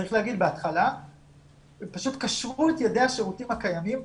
צריך לומר שבהתחלה פשוט קשרו את ידי השירותים הקיימים.